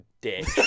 dick